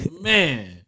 Man